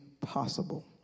possible